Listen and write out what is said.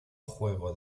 juego